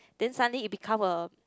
then suddenly it become a